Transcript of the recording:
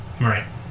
right